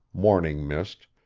morning mist,